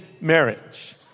marriage